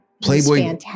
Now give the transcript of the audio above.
Playboy